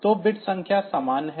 तो बिट संख्या समान हैं